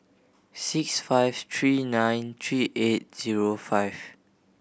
six five three nine three eight zero five